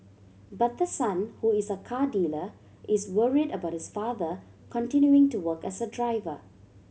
but the son who is a car dealer is worried about his father continuing to work as a driver